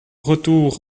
retour